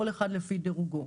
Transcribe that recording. כל אחד לפי דירוגו.